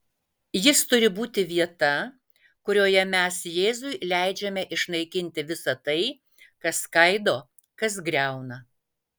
jis turi būti vieta kurioje mes jėzui leidžiame išnaikinti visa tai kas skaido kas griauna